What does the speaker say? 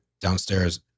downstairs